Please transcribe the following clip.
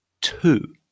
two